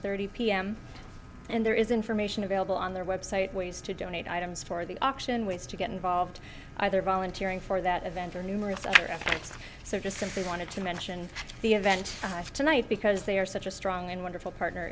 thirty pm and there is information available on their website ways to donate items for the auction ways to get involved either volunteering for that event or numerous other acts so just simply wanted to mention the event tonight because they are such a strong and wonderful partner